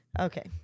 Okay